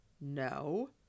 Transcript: No